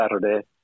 Saturday